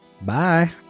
Bye